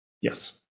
Yes